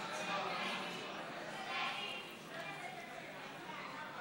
פטור מתשלום דמי ביטוח לסטודנטים על בסיס הכנסות ההורים),